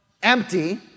Empty